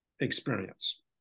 experience